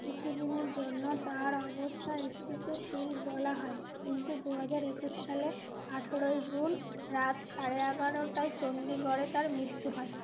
কিছু দিনের জন্য তার অবস্থার স্থিতিশীল বলা হয় কিন্তু দু হাজার একুশ সালে আঠেরোই জুন রাত সাড়ে এগারোটায় চণ্ডীগড়ে তার মত্যু হয়